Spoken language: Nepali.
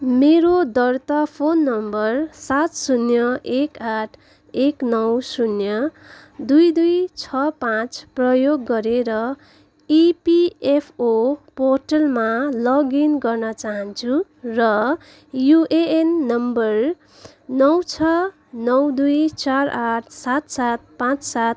मेरो दर्ता फोन नम्बर सात शून्य एक आठ एक नौ शून्य दुई दुई छ पाँच प्रयोग गरेर इपिएफओ पोर्टलमा लगइन् गर्न चाहान्छु र युएएन नम्बर नौ छ नौ दुई चार आठ सात सात पाँच सात